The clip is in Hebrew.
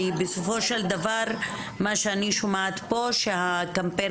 כי בסופו של דבר מה שאני שומעת פה שהקמפיין